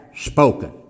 spoken